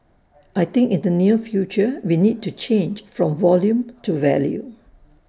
I think in the near future we need to change from volume to value